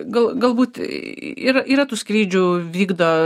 gal galbūt yra yra tų skrydžių vykdo